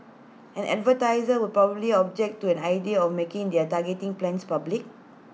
and advertisers would probably object to an idea of making their targeting plans public